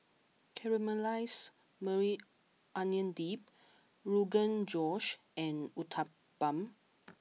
Caramelized Maui Onion Dip Rogan Josh and Uthapam